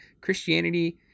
Christianity